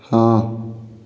ହଁ